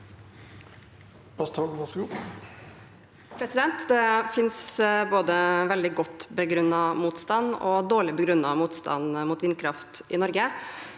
Det finnes både veldig godt begrunnet motstand og dårlig begrunnet motstand mot vindkraft i Norge.